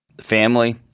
family